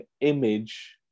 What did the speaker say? image